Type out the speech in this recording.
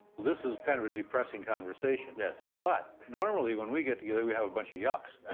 this is kind of a depressing conversation. yes. but normally when we get together, we have a bunch of yuks.